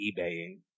eBaying